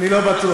אני לא בטוח.